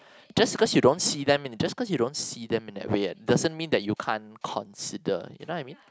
just because you don't see them in just because you don't see them in that way doesn't mean you can't consider you know what I mean